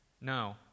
No